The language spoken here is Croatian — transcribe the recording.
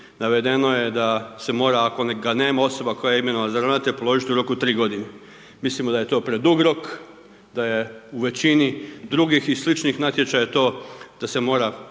navedeno je da se mora, ako ga nema, osoba koje je imenovana za ravnatelja položiti u roku 3 godine. Mislimo da je to predug rok, da je u većini drugih i sličnih natječaja to da se mora